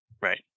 right